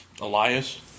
Elias